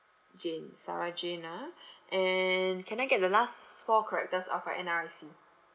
jane sarah jane ah and can I get the last four characters of your N_R_I_C